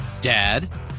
Dad